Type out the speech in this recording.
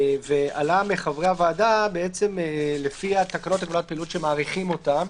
עלה מחברי הוועדה לפי תקנות הגבלת פעילות שמאריכים אותם,